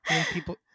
People